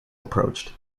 approached